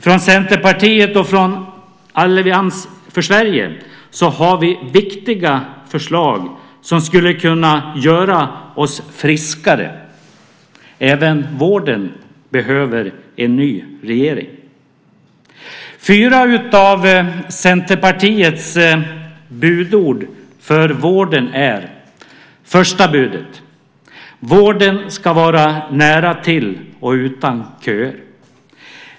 Från Centerpartiet och Allians för Sverige har vi viktiga förslag som skulle kunna göra oss friskare. Även vården behöver en ny regering. Centerpartiet har några budord för vården. Jag ska ta upp fyra av dem. Första budet är att vården ska vara nära till och utan köer.